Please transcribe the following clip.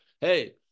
hey